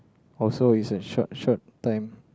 or so is a short short time